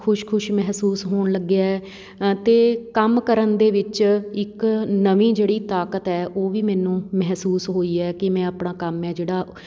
ਖੁਸ਼ ਖੁਸ਼ ਮਹਿਸੂਸ ਹੋਣ ਲੱਗਿਆ ਅਤੇ ਕੰਮ ਕਰਨ ਦੇ ਵਿੱਚ ਇੱਕ ਨਵੀਂ ਜਿਹੜੀ ਤਾਕਤ ਹੈ ਉਹ ਵੀ ਮੈਨੂੰ ਮਹਿਸੂਸ ਹੋਈ ਹੈ ਕਿ ਮੈਂ ਆਪਣਾ ਕੰਮ ਹੈ ਜਿਹੜਾ